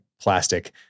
plastic